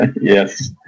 Yes